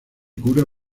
cura